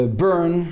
burn